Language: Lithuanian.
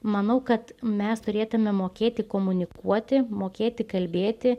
manau kad mes turėtume mokėti komunikuoti mokėti kalbėti